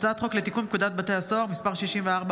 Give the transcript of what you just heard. הצעת חוק לתיקון פקודת בתי הסוהר (מס' 64,